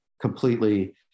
completely